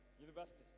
University